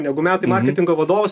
negu metai marketingo vadovas